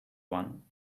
one